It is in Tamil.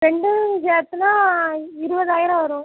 ரெண்டும் சேர்த்துனா இருபதாயிரம் வரும்